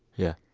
yeah.